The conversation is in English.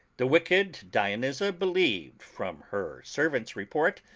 the wicked dionyza believed, from her servant's report,